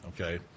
okay